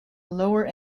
lower